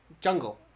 Jungle